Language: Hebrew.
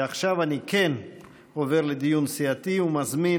ועכשיו אני כן עובר לדיון סיעתי ומזמין